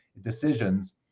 decisions